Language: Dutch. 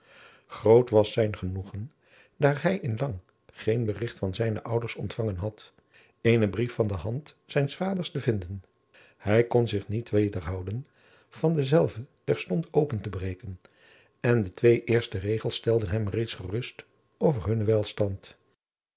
groot was zijn genoegen daar hij in lang geen berigt van zijne ouders ontvangen had eenen brief van de hand zijns vaders te vinden hij kon zich niet wederhouden van denzelven terstond open te breken en de twee eerste regels stelden hem reeds gerust over hunnen welstand